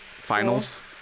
Finals